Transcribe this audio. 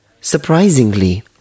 surprisingly